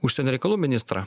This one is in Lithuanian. užsienio reikalų ministrą